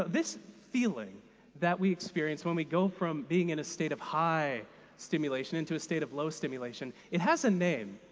this feeling that we experience when we go from being in a state of high stimulation into a state of low stimulation, it has a name.